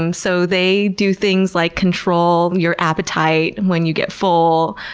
um so they do things like control your appetite and when you get full,